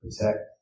protect